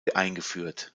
eingeführt